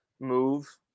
move